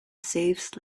saves